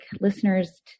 listeners